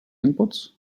inputs